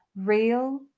Real